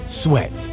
sweat